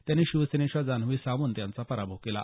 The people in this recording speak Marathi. त्यांनी शिवसेनेच्या जान्हवी सावंत यांचा पराभव केला